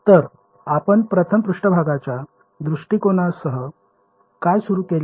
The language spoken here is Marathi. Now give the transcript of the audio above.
तर आपण प्रथम पृष्ठभागाच्या दृष्टिकोनासह काय सुरू केले